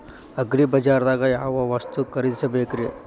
ಅಗ್ರಿಬಜಾರ್ದಾಗ್ ಯಾವ ವಸ್ತು ಖರೇದಿಸಬೇಕ್ರಿ?